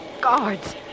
Guards